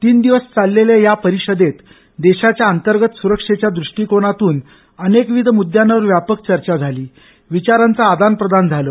तीन दिवस चाललेल्या या परिषदेत देशाच्या अंतर्गत सुरक्षेच्या दृष्टीकोनातून अनेकविध मुद्द्यांवर व्यापक चर्चा झाली विचारांच आदान प्रदान झालं